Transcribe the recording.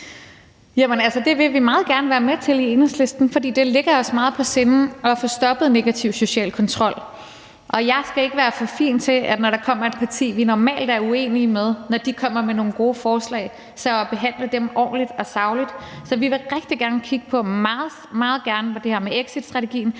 Det vil vi gerne være med til i Enhedslisten, for det ligger os meget på sinde at få stoppet negativ social kontrol. Og jeg skal ikke være for fin til, når et parti, vi normalt er uenige med, kommer med nogle gode forslag, at behandle dem ordentligt og sagligt. Så vi vil rigtig gerne kigge på det her med exitstrategien,